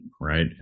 right